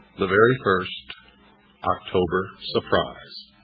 the very first october surprise.